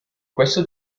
questo